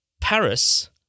Paris